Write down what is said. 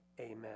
Amen